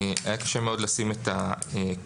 היה קשה מאוד לשים את הקו.